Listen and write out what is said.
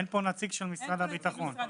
אין פה נציג של משרד הביטחון.